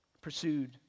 pursued